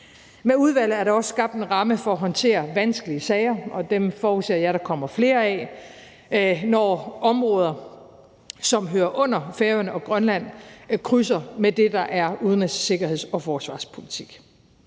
Med udvalget er der også skabt en ramme for at håndtere vanskelige sager, og dem forudser jeg der kommer flere af, når områder, som hører under Færøerne og Grønland, krydser med det, der er udenrigs-, sikkerheds- og forsvarspolitik.